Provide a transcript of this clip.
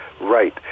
Right